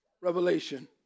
Revelation